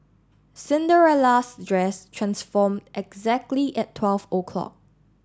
Cinderella's dress transformed exactly at twelve o'clock